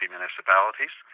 Municipalities